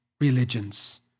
religions